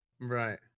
Right